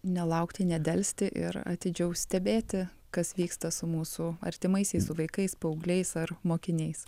nelaukti nedelsti ir atidžiau stebėti kas vyksta su mūsų artimaisiais su vaikais paaugliais ar mokiniais